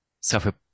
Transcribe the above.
suffer